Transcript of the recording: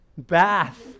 bath